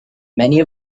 many